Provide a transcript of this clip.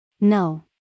No